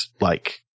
like-